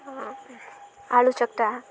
ଆଳୁ ଚକ୍ଟା